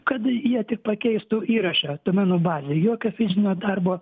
kad jie tik pakeistų įrašą duomenų bazėj jokio fizinio darbo